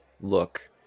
look